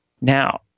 Now